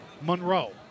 Monroe